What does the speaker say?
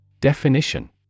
Definition